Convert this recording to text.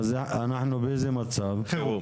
באיזה מצב אנחנו עכשיו?